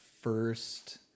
first